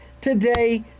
today